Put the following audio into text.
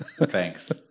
Thanks